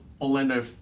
Orlando